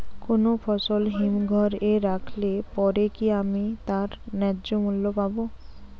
কোনো ফসল হিমঘর এ রাখলে পরে কি আমি তার ন্যায্য মূল্য পাব?